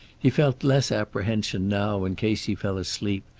he felt less apprehension now in case he fell asleep,